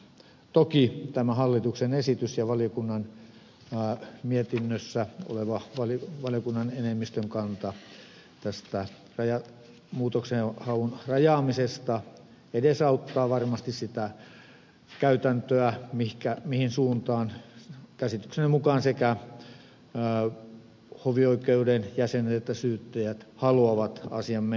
toki tämä hallituksen esitys ja valiokunnan mietinnössä oleva valiokunnan enemmistön kanta tästä muutoksenhaun rajaamisesta edesauttaa varmasti sitä käytäntöä mihin suuntaan käsitykseni mukaan sekä hovioikeuden jäsenet että syyttäjät haluavat asian menevän